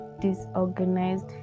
disorganized